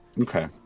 Okay